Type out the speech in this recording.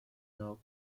now